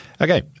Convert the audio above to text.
Okay